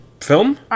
film